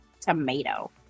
tomato